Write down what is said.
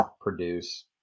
produce